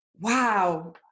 wow